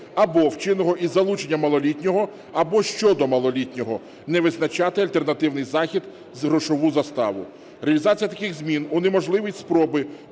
або вчиненого із залученням малолітнього, або щодо малолітнього не визначати альтернативний захід – грошову заставу. Реалізація таких змін унеможливить спроби